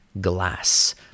glass